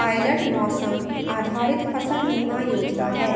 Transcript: pilot मौसम आधारित फसल बीमा योजना है